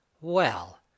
Well